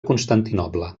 constantinoble